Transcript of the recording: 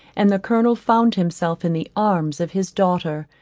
and the colonel found himself in the arms of his daughter,